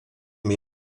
mir